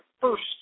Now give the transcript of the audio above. first